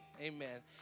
Amen